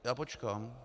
Já počkám...